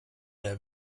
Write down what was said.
der